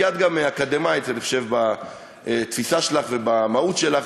כי את גם אקדמאית בתפיסה שלך ובמהות שלך,